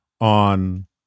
on